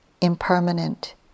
impermanent